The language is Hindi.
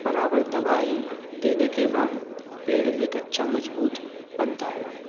बराबर दवाई देने के बाद पेड़ एक अच्छा मज़बूत बनता है